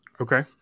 Okay